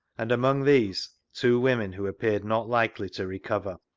and among these two women who appeared not likely to recover.